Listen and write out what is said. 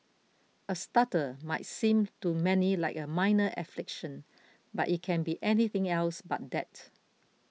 a stutter might seem to many like a minor affliction but it can be anything else but that